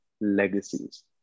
Legacies